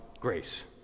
grace